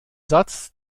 satz